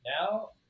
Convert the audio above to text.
now